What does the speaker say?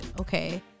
okay